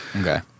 Okay